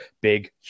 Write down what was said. big